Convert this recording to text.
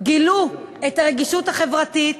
גילו את הרגישות החברתית